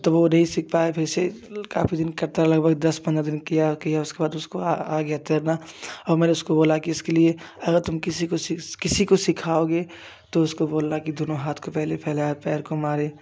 तो वो नहीं सीख पाया फिर से काफी दिन करता लगभग दस पंद्रह दिन किया किया उसके बाद उसको आ गया तैरना हम उसको बोला कि इसके लिए अगर तुम किसी को किसी को सिखाओगे तो उसको बोलना कि दोनों हाथ को पहले फैलाए पैर को मारे